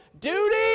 Duty